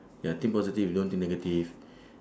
ya think positive don't think negative